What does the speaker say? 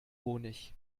honig